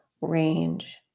range